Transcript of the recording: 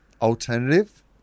Alternative